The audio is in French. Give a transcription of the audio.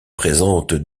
présente